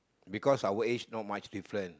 because our age not much difference